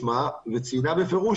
נציגת הממ"מ של הכנסת,